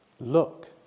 Look